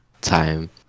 time